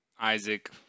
Isaac